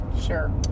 sure